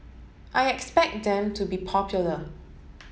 I expect them to be popular